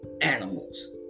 animals